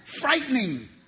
frightening